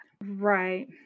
Right